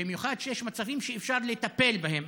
במיוחד שיש מצבים שאפשר לטפל בהם,